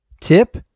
tip